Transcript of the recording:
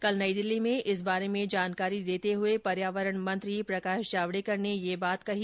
कल नई दिल्ली में इस बारे में जानकारी देते हुए पर्यावरण मंत्री प्रकाश जावड़ेकर ने यह बात कही